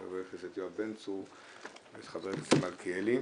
חבר הכנסת יואב בן צור וחבר הכנסת מיכאל מלכיאלי.